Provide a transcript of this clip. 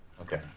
Okay